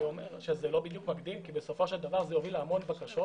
אני אומר שזה לא בדיוק מקדים כי בסופו של דבר זה יביא להמון בקשות.